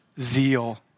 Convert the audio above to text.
zeal